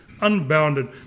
unbounded